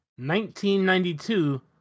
1992-